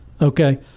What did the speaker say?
okay